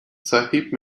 sahib